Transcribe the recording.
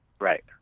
Right